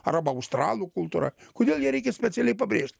arba australų kultūra kodėl ją reikia specialiai pabrėžt